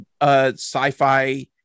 sci-fi